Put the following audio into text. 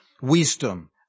Wisdom